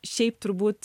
šiaip turbūt